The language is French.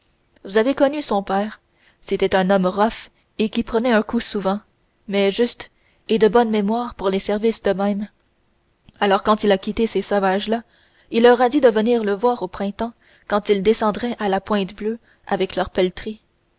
vous avez connu mon père c'était un homme rough et qui prenait un coup souvent mais juste et de bonne mémoire pour les services de même alors quand il a quitté ces sauvages là il leur a dit de venir le voir au printemps quand ils descendraient à la pointe bleue avec leurs